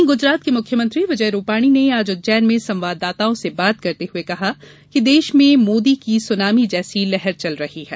वहीं गुजरात के मुख्यमंत्री विजय रुपाणी ने आज उज्जैन में संवाददाताओं से बात करते हए कहा कि देश में मोदी की सुनामी जैसी लहर चल रही है